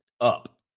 up